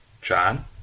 John